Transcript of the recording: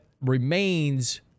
remains